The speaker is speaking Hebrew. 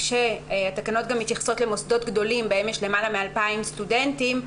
כשהתקנות גם מתייחסות למוסדות גדולים בהם יש למעלה מ-2,000 סטודנטים.